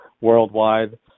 worldwide